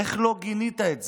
איך לא גינית את זה?